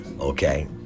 Okay